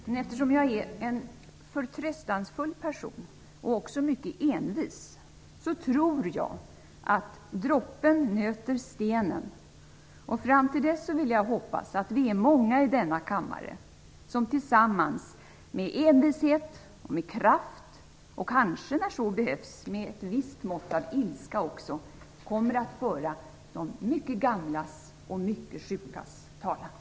Men eftersom jag är en förtröstansfull person och också mycket envis tror jag att droppen urholkar stenen. Fram till dess vill jag hoppas att vi är många i denna kammare som tillsammans med envishet, med kraft och kanske när så behövs med ett visst mått av ilska kommer att föra de mycket gamlas och mycket sjukas talan.